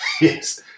Yes